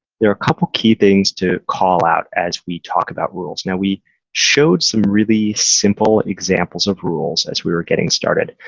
there are a couple of key things to call out as we talk about rules. now, we showed some really simple examples of rules as we were getting started,